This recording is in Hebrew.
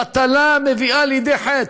בטלה מביאה לידי חטא.